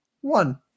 One